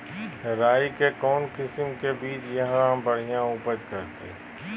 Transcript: राई के कौन किसिम के बिज यहा बड़िया उपज करते?